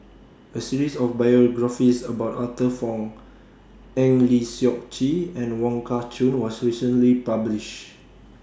A series of biographies about Arthur Fong Eng Lee Seok Chee and Wong Kah Chun was recently published